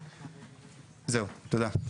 זהו, תודה.